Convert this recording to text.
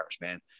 man